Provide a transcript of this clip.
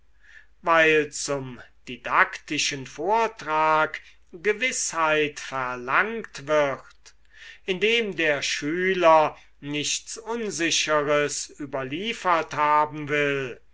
weil zum didaktischen vortrag gewißheit verlangt wird indem der schüler nichts unsicheres überliefert haben will